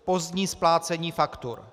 Pozdní splácení faktur.